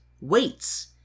weights